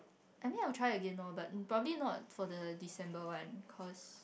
I mean I will try again lor but probably not for the December one cause